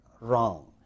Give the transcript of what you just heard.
wrong